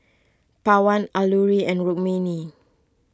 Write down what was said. Pawan Alluri and Rukmini